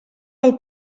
del